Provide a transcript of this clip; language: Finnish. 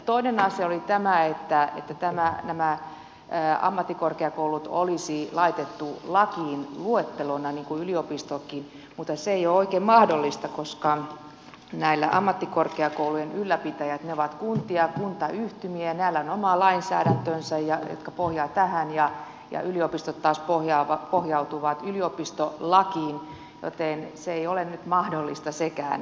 toinen asia oli tämä että nämä ammattikorkeakoulut olisi laitettu lakiin luettelona niin kuin yliopistotkin mutta se ei ole oikein mahdollista koska ammattikorkeakoulujen ylläpitäjät ovat kuntia kuntayhtymiä ja näillä on oma lainsäädäntönsä johon ne pohjaavat ja yliopistot taas pohjautuvat yliopistolakiin joten se ei ole nyt mahdollista sekään